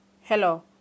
Hello